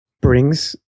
brings